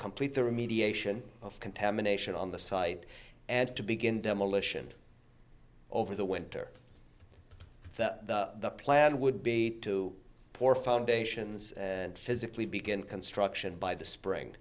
complete the remediation of contamination on the site and to begin demolition over the winter the plan would be to pour foundations and physically begin construction by the spring